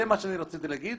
זה מה שרציתי להגיד,